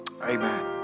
amen